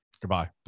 goodbye